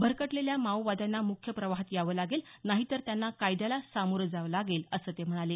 भरकटलेल्या माओवाद्यांना मुख्य प्रवाहात यावं लागेल नाहीतर त्यांना कायद्याला सामोरं जावं लागेल असं ते म्हणाले